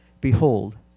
Behold